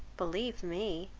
believe me,